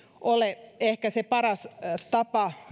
ole ehkä se paras tapa